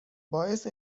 باعث